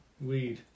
weed